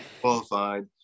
qualified